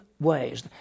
ways